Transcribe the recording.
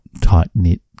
tight-knit